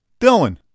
Dylan